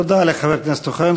תודה לחבר הכנסת אוחיון.